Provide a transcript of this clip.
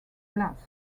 glass